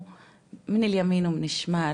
שחל איסור לצלם אותו במצלמות שלכם בניידים,